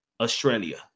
australia